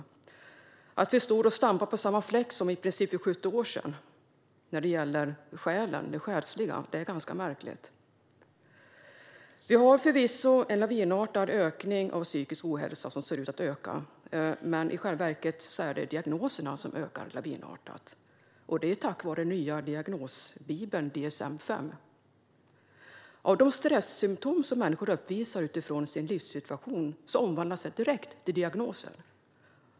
Det är ganska märkligt att vi står och stampar på samma fläck som vi gjorde för 70 år sedan när det gäller det själsliga. Vi har förvisso en lavinartad ökning av psykisk ohälsa. Men i själva verket är det diagnoserna som ökar lavinartat, och det beror på den nya diagnosbibeln DSM-5. De stressymtom som människor uppvisar utifrån sin livssituation omvandlas direkt till diagnoser.